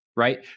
Right